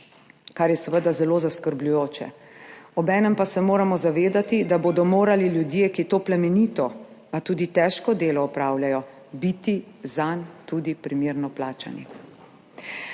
kar je seveda zelo zaskrbljujoče, obenem pa se moramo zavedati, da bodo morali ljudje, ki to delo plemenito, a tudi težko opravljajo, biti za to delo tudi primerno plačani.